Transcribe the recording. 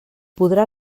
podrà